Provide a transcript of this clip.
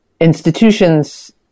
institutions